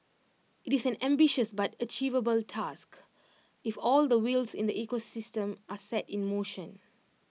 IT is an ambitious but achievable task if all the wheels in the ecosystem are set in motion